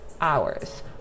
hours